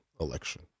election